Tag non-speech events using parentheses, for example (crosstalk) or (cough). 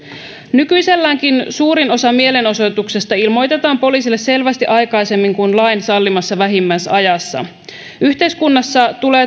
nykyiselläänkin suurin osa mielenosoituksista ilmoitetaan poliisille selvästi aikaisemmin kuin lain sallimassa vähimmäisajassa yhteiskunnassa tulee (unintelligible)